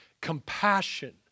compassion